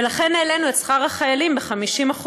ולכן העלינו את שכר החיילים ב-50%.